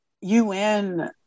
UN